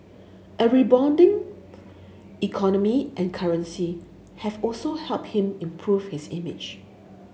a rebounding economy and currency have also helped him improve his image